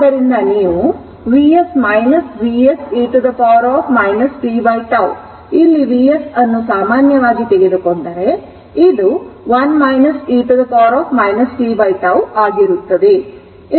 ಆದ್ದರಿಂದ ನೀವು Vs Vs e t tτ ಇಲ್ಲಿ Vs ಅನ್ನು ಸಾಮಾನ್ಯವಾಗಿ ತೆಗೆದುಕೊಂಡರೆ ಇದು 1 e tτ ಆಗಿರುತ್ತದೆ